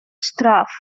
штраф